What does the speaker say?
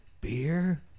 beer